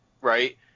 right